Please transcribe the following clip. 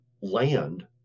land